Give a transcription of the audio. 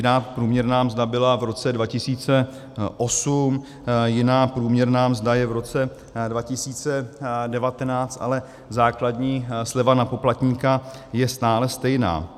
Jiná průměrná mzda byla v roce 2008, jiná průměrná mzda je v roce 2019, ale základní sleva na poplatníka je stále stejná.